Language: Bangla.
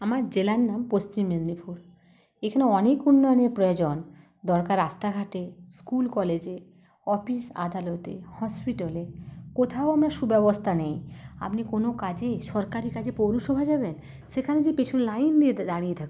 আমার জেলার নাম পশ্চিম মেদনীপুর এখানে অনেক উন্নয়নের প্রয়োজন দরকার রাস্তাঘাটে স্কুল কলেজের অফিস আদালতে হসপিটালে কোথাও আমরা সুব্যবস্থা নেই আপনি কোনো কাজেই সরকারি কাজে পৌরসভা যাবেন সেখানে যে পিছু লাইন দিয়ে দাঁড়িয়ে থাকুন